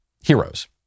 heroes